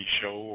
show